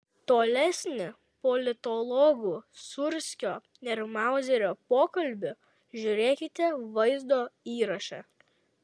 tolesnį politologų sūrskio ir mauzerio pokalbį žiūrėkite vaizdo įraše